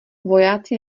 vojáci